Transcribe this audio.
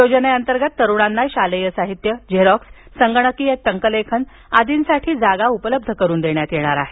योजनेअंतर्गत तरूणांना शालेय साहित्य झेरॉक्स संगणकीय टंकलेखन आदींसाठी जागा उपलब्ध करून देण्यात येईल